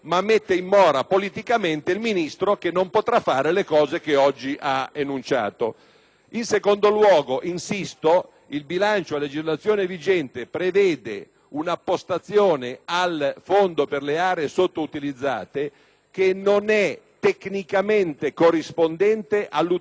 In secondo luogo, insisto, il bilancio a legislazione vigente prevede un'appostazione al Fondo per le aree sottoutilizzate (FAS) che non è tecnicamente corrispondente all'utilizzo di quel fondo come mezzo di copertura per decreti in vigore, quindi per coprire